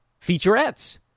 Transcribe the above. featurettes